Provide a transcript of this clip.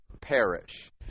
perish